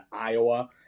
Iowa